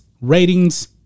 ratings